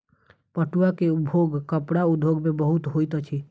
पटुआ के उपयोग कपड़ा उद्योग में बहुत होइत अछि